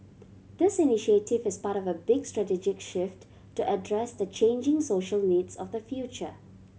this initiative is part of a big strategic shift to address the changing social needs of the future